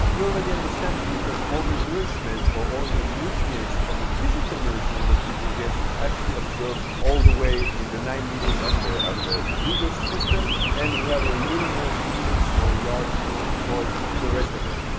you already understand it because all the nourishment or all and the the nutrients from the physical nourishment that people get, are actually absorbed all the way in the nine meters of the of the bigger system, and we have a little more meters or yards if you want to call it, the rest of it.